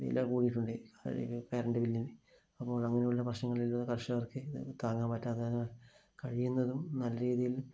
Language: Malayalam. വില കൂടിയിട്ടുണ്ട് കറണ്ട് ബില്ലിന് അപ്പോള് അങ്ങനെയുള്ള പ്രശ്നങ്ങളുള്ള കര്ഷകര്ക്ക് താങ്ങാന് പറ്റാതെ കഴിയുന്നതും നല്ല രീതിയില്